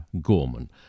Gorman